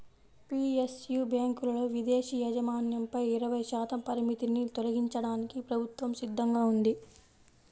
PSU బ్యాంకులలో విదేశీ యాజమాన్యంపై ఇరవై శాతం పరిమితిని తొలగించడానికి ప్రభుత్వం సిద్ధంగా ఉంది